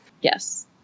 Yes